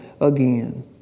again